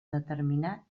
determinat